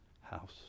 house